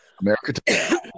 America